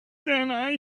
than